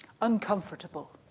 uncomfortable